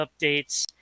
updates